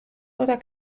oder